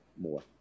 more